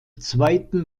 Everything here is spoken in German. zweiten